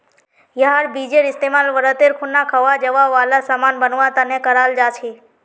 यहार बीजेर इस्तेमाल व्रतेर खुना खवा जावा वाला सामान बनवा तने कराल जा छे